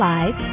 Live